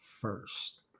first